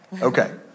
Okay